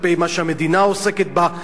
כלפי מה שהמדינה עוסקת בו,